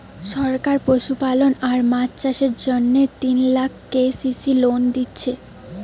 সরকার পশুপালন আর মাছ চাষের জন্যে তিন লাখ কে.সি.সি লোন দিচ্ছে